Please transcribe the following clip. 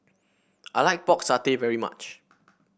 I like Pork Satay very much